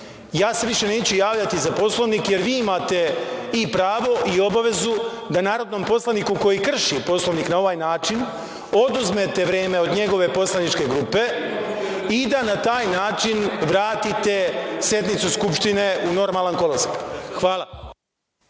se više neću javljati po Poslovniku, jer vi imate i pravo i obavezu da narodnom poslaniku, koji krši Poslovnik na ovaj način, oduzmete vreme od njegove poslaničke grupe i da na taj način vratite sednicu Skupštine u normalan kolosek. Hvala.